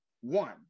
One